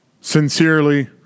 Sincerely